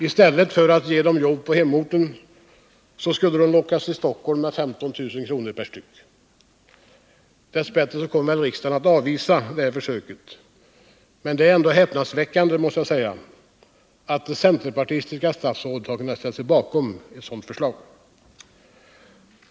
I stället för att ge dem jobb på hemorten skulle man locka dem till Stockholm med 15 000 kr. vardera. Dess bättre kommer väl riksdagen att avvisa detta försök, men jag måste säga att det är häpnadsväckande att centerpartistiska statsråd har kunnat ställa sig bakom ett sådant förslag.